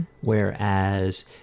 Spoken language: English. whereas